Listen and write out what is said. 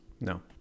No